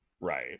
right